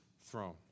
throne